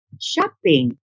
shopping